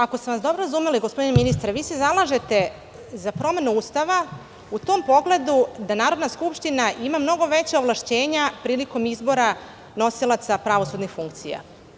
Ako sam vas dobro razumela, gospodine ministre, vi se zalažete za promenu Ustava u tom pogledu da Narodna skupština ima mnogo veća ovlašćenja prilikom izbora nosilaca pravosudnih funkcija.